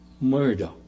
murder